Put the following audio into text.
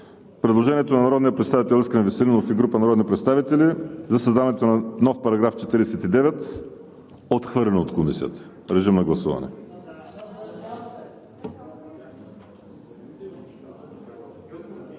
предложението на народния представител Искрен Веселинов и група народни представители за създаването на нов параграф 49, отхвърлен от Комисията. Гласували